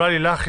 אולי לילך?